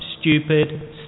stupid